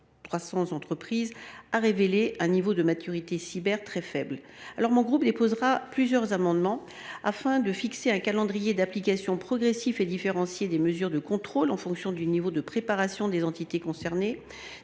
300 entreprises a d’ailleurs révélé un niveau de maturité cyber très faible. Le groupe socialiste déposera plusieurs amendements afin de fixer un calendrier d’application progressif et différencié des mesures de contrôle en fonction du niveau de préparation des entités concernées,